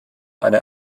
eine